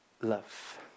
love